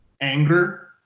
anger